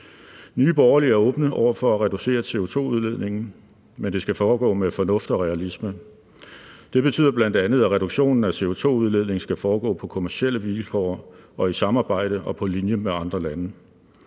Nye Borgerlige er åbne over for at reducere CO2-udledningen, men det skal foregå med fornuft og realisme. Det betyder bl.a., at reduktionen af CO2-udledning skal foregå på kommercielle vilkår og i samarbejde og på linje med andre lande.